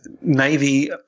Navy